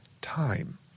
time